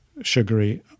sugary